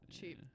Cheap